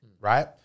right